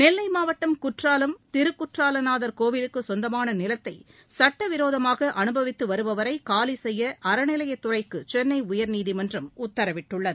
நெல்லை மாவட்டம் குற்றாவம் திருக்குற்றாலநாதர் கோவிலுக்கு சொந்தமான நிலத்தை சட்டவிரோதமாக அனுபவித்து வருபவரை காலி செய்ய அறநிலையத் துறைக்கு சென்னை உயா்நீதிமன்றம் உத்தரவிட்டுள்ளது